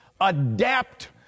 adapt